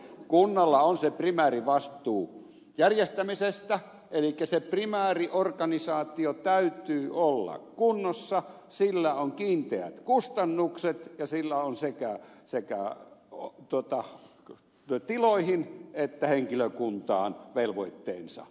kunnalla on se primääri vastuu järjestämisestä elikkä sen primäärin organisaation täytyy olla kunnossa sillä on kiinteät kustannukset ja sillä on sekä tiloihin että henkilökuntaan velvoitteensa